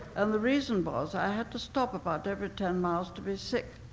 and the reason was i had to stop about every ten miles to be sick.